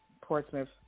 Portsmouth